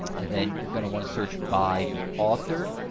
and then you're going to want to search by the author.